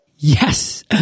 Yes